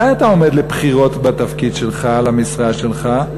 מתי אתה עומד לבחירות בתפקיד שלך למשרה שלך?